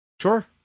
Sure